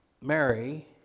Mary